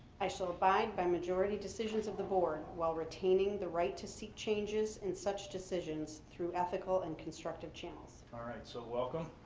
i shall abide by majority decisions of the board while retaining the right to seek changes in such decisions through ethical and constructive channels. all right, so welcome.